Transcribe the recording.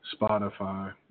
Spotify